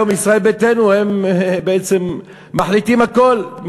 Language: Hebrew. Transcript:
היום ישראל ביתנו הם בעצם מחליטים הכול,